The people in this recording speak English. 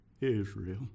Israel